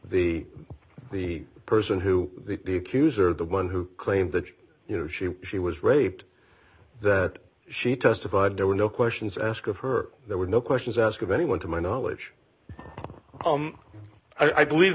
the the person who queues are the one who claimed that you know she she was raped that she testified there were no questions asked of her there were no questions asked of anyone to my knowledge i believe